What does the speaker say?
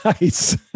nice